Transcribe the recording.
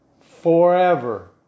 forever